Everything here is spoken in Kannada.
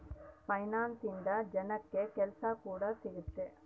ಫೈನಾನ್ಸ್ ಇಂದ ಜನಕ್ಕಾ ಕೆಲ್ಸ ಕೂಡ ಸಿಗುತ್ತೆ